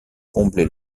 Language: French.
combler